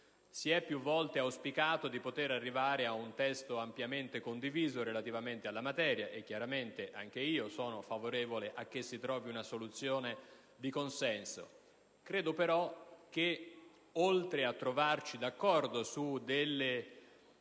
Si è più volte auspicato di pervenire ad un testo ampiamente condiviso sulla materia e anch'io sono favorevole a che si trovi una soluzione di consenso. Credo però che, oltre a trovarci d'accordo su alcune